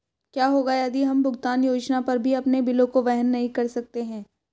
क्या होगा यदि हम भुगतान योजना पर भी अपने बिलों को वहन नहीं कर सकते हैं?